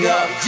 up